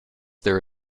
there